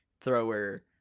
thrower